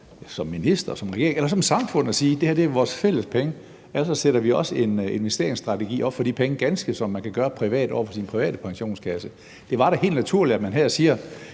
som minister, som regering eller som samfund og siger, at det her er vores fælles penge, og at vi derfor også sætter en investeringsstrategi op for de penge, ganske som man kan gøre privat over for sin private pensionskasse. Det var da helt naturligt, at man her sagde,